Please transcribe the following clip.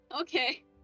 Okay